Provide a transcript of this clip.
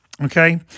okay